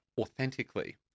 authentically